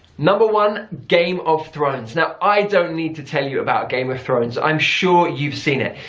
number one, game of thrones. now i don't need to tell you about game of thrones, i'm sure you've seen it.